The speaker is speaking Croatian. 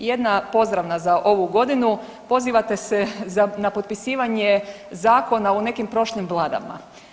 Jedna pozdravna za ovu godinu, pozivate se na potpisivanje zakona u nekim prošlim Vladama.